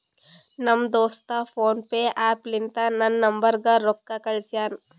ನಮ್ ದೋಸ್ತ PhonePe app ಲಿಂತಾ ನನ್ ನಂಬರ್ಗ ರೊಕ್ಕಾ ಕಳ್ಸ್ಯಾನ್